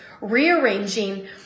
rearranging